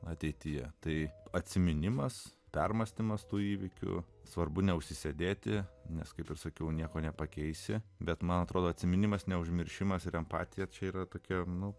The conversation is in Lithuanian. ateityje tai atsiminimas permąstymas tų įvykių svarbu neužsisėdėti nes kaip ir sakiau nieko nepakeisi bet man atrodo atsiminimas neužmiršimas ir empatija čia yra tokia nu